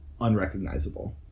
unrecognizable